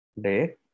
day